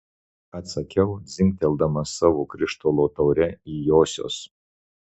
atsakiau dzingteldamas savo krištolo taure į josios